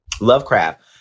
Lovecraft